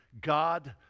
God